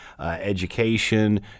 education